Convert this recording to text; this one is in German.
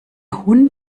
hund